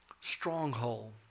stronghold